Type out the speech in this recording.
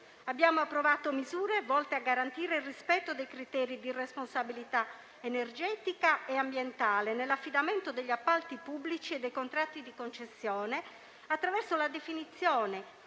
Abbiamo approvato misure volte a garantire il rispetto dei criteri di responsabilità energetica e ambientale nell'affidamento degli appalti pubblici e dei contratti di concessione, attraverso la definizione